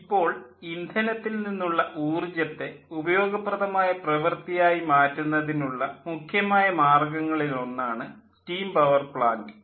ഇപ്പോൾ ഇന്ധനത്തിൽ നിന്നുള്ള ഊർജ്ജത്തെ ഉപയോഗപ്രദമായ പ്രവൃത്തി ആയി മാറ്റുന്നതിനുള്ള മുഖ്യമായ മാർഗ്ഗങ്ങളിൽ ഒന്നാണ് സ്റ്റീം പവർ പ്ലാൻ്റ്